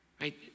Right